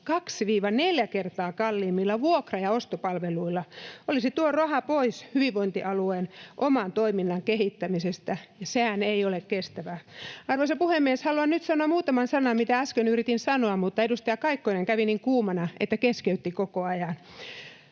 2—4 kertaa kalliimmilla vuokra- ja ostopalveluilla, olisi tuo raha pois hyvinvointialueen oman toiminnan kehittämisestä, ja sehän ei ole kestävää. Arvoisa puhemies! Haluan nyt sanoa muutaman sanan, mitä äsken yritin sanoa, mutta edustaja Kaikkonen kävi niin kuumana, että keskeytti koko ajan.